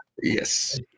yes